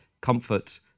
comfort